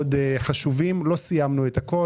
לא סיימנו את הכול.